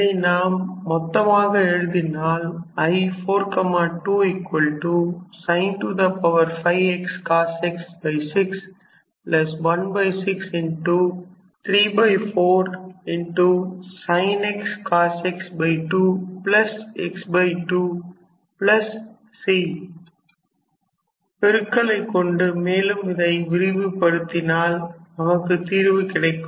இதை நாம் மொத்தமாக எழுதினால் பெருக்கலை கொண்டு மேலும் இதை விரிவு படுத்தினால் நமக்கு தீர்வு கிடைக்கும்